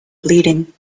bleeding